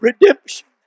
Redemption